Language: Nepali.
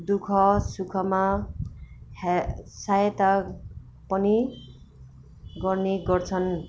दु ख सुखमा सहायता पनि गर्ने गर्छन्